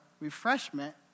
refreshment